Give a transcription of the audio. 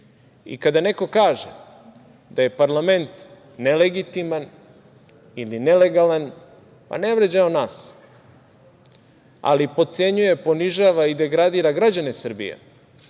I, kada neko kaže da je parlament nelegitiman ili nelegalan, ne vređa on nas, ali potcenjuje, ponižava i degradira građane Srbije,